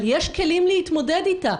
אבל יש כלים להתמודד אתה.